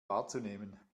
wahrzunehmen